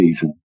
season